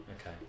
Okay